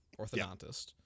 Orthodontist